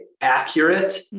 accurate